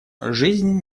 жизнь